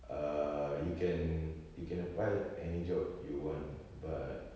uh you can you can apply any job you want but